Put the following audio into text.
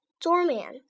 doorman